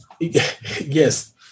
Yes